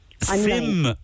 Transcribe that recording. Sim